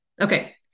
Okay